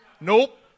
Nope